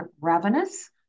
ravenous